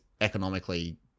economically